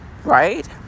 right